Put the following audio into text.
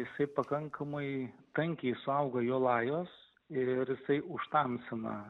jisai pakankamai tankiai suaugo jo lajos ir jisai už tamsumą